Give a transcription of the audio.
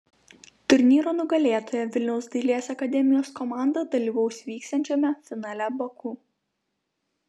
turnyro nugalėtoja vilniaus dailės akademijos komanda dalyvaus vyksiančiame finale baku